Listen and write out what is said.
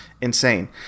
Insane